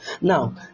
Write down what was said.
Now